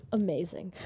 amazing